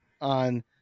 on